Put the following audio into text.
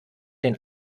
den